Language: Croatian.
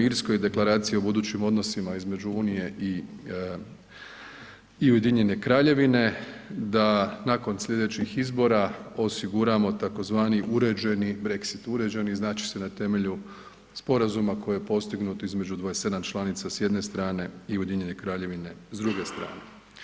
Irskoj, deklaracija o budućim odnosima između Unije i Ujedinjene Kraljevine, da nakon slijedećih izbora osiguramo tzv. uređeni Brexit, uređeni značit će na temelju sporazuma koji je postignut između 27 članica s jedne strane i Ujedinjene Kraljevine s druge strane.